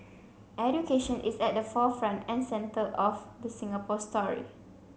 education is at the forefront and center of the Singapore story